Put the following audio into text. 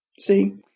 See